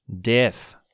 death